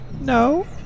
No